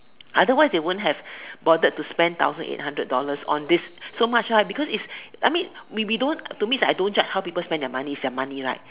otherwise they won't have bothered to spend thousand eight hundred dollars on this so much right because its I mean we we don't to me I don't judge how people its their money right